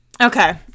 okay